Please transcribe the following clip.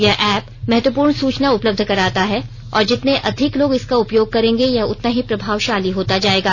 यह ऐप महत्वपूर्ण सूचना उपलब्ध कराता है और जितने अधिक लोग इसका उपयोग करेंगे यह उतना ही प्रभावशाली होता जाएगा